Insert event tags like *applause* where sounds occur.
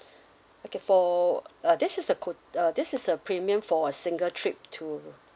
*breath* okay for uh this is a code uh this is a premium for a single trip to